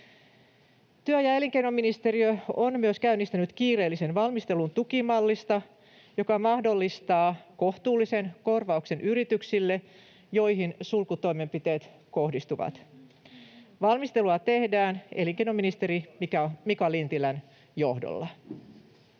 Työ- ja elinkeinoministeriö on myös käynnistänyt kiireellisen valmistelun tukimallista, joka mahdollistaa kohtuullisen korvauksen yrityksille, joihin sulkutoimenpiteet kohdistuvat. Valmistelua tehdään elinkeinoministeri Mika Lintilän johdolla.